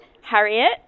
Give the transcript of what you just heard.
Harriet